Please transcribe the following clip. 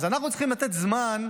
אז אנחנו צריכים לתת זמן,